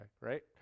Right